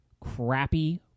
crappy